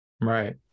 Right